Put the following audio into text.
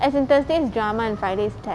as in thursday's drama and friday's technology